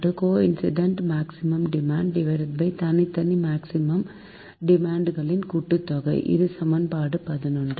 CF coincident maximum demand தனித்தனி maximum demand களின் கூட்டுத்தொகை இது சமன்பாடு 11